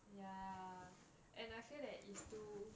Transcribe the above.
ya and I feel that it's too